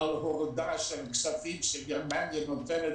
על הורדת כספים שגרמניה נותנת